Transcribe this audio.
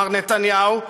מר נתניהו,